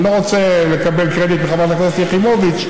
אני לא רוצה לקבל קרדיט מחברת הכנסת יחימוביץ,